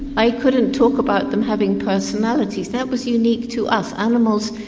i couldn't talk about them having personalities, that was unique to us. animals.